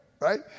Right